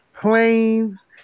planes